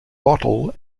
bottle